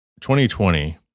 2020